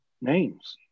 names